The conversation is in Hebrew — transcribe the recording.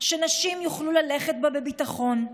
שנשים יוכלו ללכת בה בביטחון,